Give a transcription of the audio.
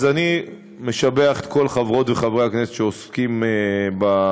אז אני משבח את כל חברות וחברי הכנסת שעוסקים בנושא,